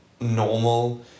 normal